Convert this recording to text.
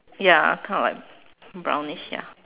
ya kind of like brownish ya